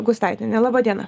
gustaitienė laba diena